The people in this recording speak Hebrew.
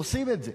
עושים את זה.